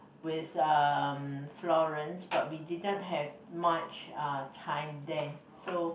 with uh Florence but we didn't have much time then